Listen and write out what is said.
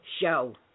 show